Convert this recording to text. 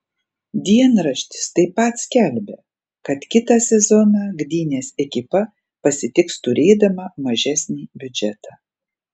dienraštis taip pat skelbia kad kitą sezoną gdynės ekipa pasitiks turėdama mažesnį biudžetą